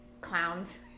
clowns